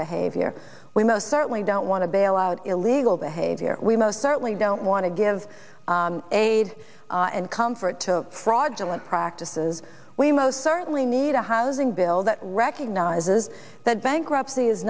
behavior we most certainly don't want to bail out illegal behavior we most are we don't want to give aid and comfort to fraudulent practices we most certainly need a housing bill that recognizes that bankruptcy is